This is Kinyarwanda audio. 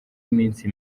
iminsi